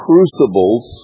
Crucibles